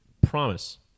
promise